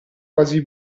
quasi